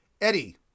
Eddie